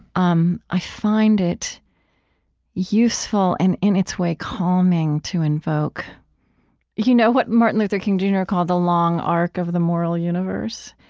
um i find it useful and, in its way, calming, to invoke you know what martin luther king, jr, called the long arc of the moral universe?